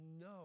no